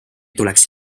tuleks